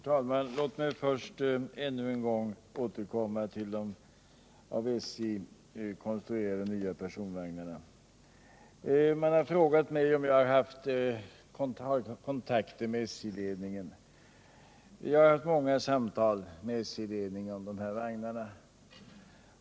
Herr talman! Låt mig först ännu en gång återkomma till de av SJ konstruerade nya personvagnarna. Man har frågat mig om jag har tagit kontakt med SJ-ledningen. Jag har haft många samtal med SJ-ledningen om de här vagnarna.